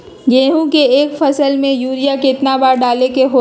गेंहू के एक फसल में यूरिया केतना बार डाले के होई?